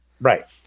Right